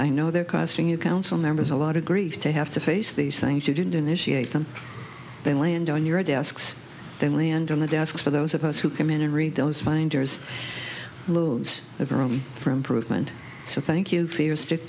i know they're costing you council members a lot of grief to have to face these things you didn't initiate them they land on your desks they land on the desk for those of us who come in and read those binders loads of room for improvement so thank you for your stick